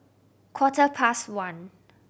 quarter past one